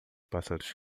pássaros